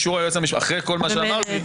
אחרי כל מה שאמרתי,